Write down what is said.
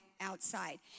outside